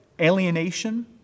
alienation